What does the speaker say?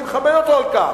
אני מכבד אותו על כך.